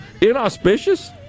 Inauspicious